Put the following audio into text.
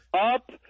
up